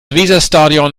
weserstadion